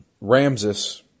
Ramses